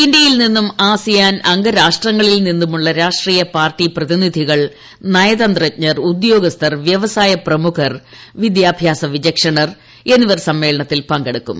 ഇന്ത്യയിൽ നിന്നും ആസിയാൻ അംഗരാഷ്ട്രങ്ങളിൽ നിന്നുമുള്ള രാഷ്ട്രീയ പാർട്ടി പ്രതിനിധികൾ നയതന്ത്രജ്ഞർ ഉദ്യോഗസ്ഥർ വ്യവസായ പ്രമുഖർ വിദ്യാഭ്യാസ വിചക്ഷണർ എന്നിവർ സമ്മേളനത്തിൽ പങ്കെടുക്കും